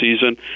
season